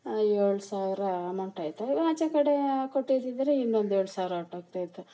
ಏಳು ಸಾವಿರ ಅಮೌಂಟ್ ಆಯಿತು ಆಚೆ ಕಡೆ ಕೊಟ್ಟಿದ್ದಿದ್ರೆ ಇನ್ನೊಂದು ಎರಡು ಸಾವಿರ ಹೊರ್ಟೋಗ್ತಾಯಿತ್ತು